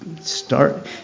start